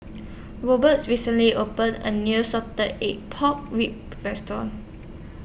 Robert recently opened A New Salted Egg Pork Ribs Restaurant